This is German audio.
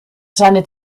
seine